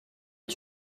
est